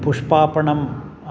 पुष्पस्य आपणं